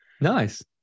Nice